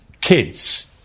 kids